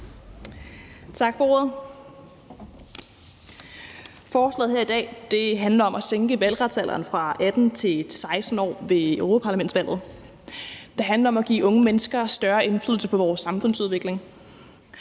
Tak for ordet. Forslaget her handler om at sænke valgretsalderen ved europaparlamentsvalget fra 18 til 16 år. Det handler om at give unge mennesker større indflydelse på vores samfundsudvikling.